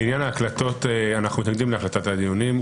לעניין ההקלטות, אנחנו מתנגדים להקלטת הדיונים.